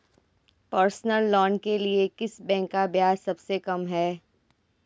Personal loan के लिए किस बैंक का ब्याज सबसे कम है?